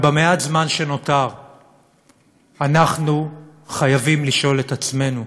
אבל במעט הזמן שנותר אנחנו חייבים לשאול את עצמנו